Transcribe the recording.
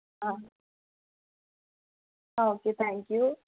uh okay thank U